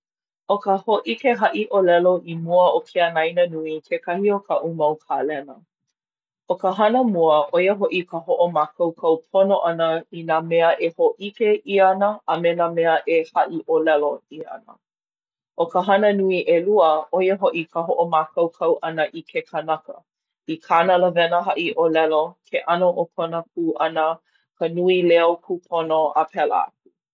ʻO ka hōʻike haʻiʻōlelo i mua o ke anaina nui kekahi o kaʻu mau kālena. ʻO ka hana mua, ʻo ia hoʻi ka hoʻomākaukau pono ʻana i nā mea e hōʻike ʻia ana a me nā mea e haʻiʻōlelo ʻia ana. ʻO ka hana nui ʻelua, ʻo ia hoʻi ka hoʻomākaukau ʻana i ke kanaka. I kāna lawena haʻiʻōlelo. Ke ʻano o kona kū ʻana. Ka nui leo kūpono, a pēlā aku.